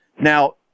Now